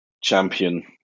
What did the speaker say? champion